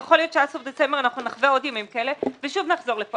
אנחנו נחווה עוד ימים כאלה ושוב נחזור לכאן.